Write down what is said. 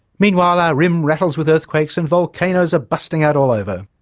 meanwhile our rim rattles with earthquakes and volcanoes are busting out all over,